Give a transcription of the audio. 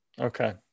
Okay